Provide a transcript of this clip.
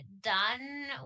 done